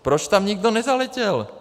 Proč tam nikdo nezaletěl?